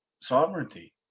sovereignty